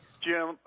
Jim